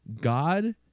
God